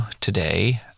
today